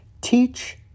teach